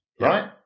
right